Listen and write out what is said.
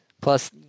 Plus